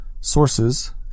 sources